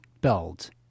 Belt